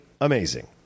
amazing